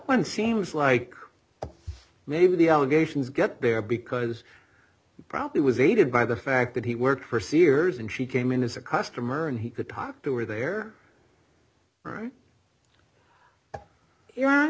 one seems like maybe the allegations get there because probably was aided by the fact that he worked for sears and she came in as a customer and he could talk to her there